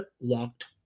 locked